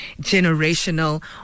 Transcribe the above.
generational